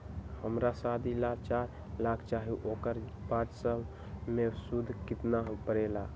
हमरा शादी ला चार लाख चाहि उकर पाँच साल मे सूद कितना परेला?